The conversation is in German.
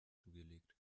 zugelegt